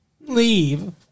Leave